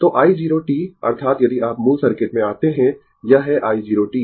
तो i 0 t अर्थात यदि आप मूल सर्किट में आते है यह है i 0 t